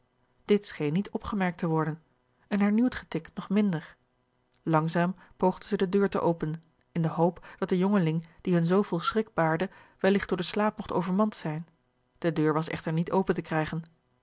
scheen niet opgemerkt te worden een hernieuwd getik nog minder langzaam poogde zij de deur te openen in de hoop dat de jongeling die hun zooveel schrik baarde welligt door den slaap mogt overmand zijn de deur was echter niet open te krijgen